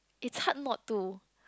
it's hard not to